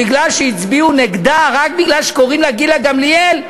מפני שהצביעו נגדה רק מפני שקוראים לה גילה גמליאל,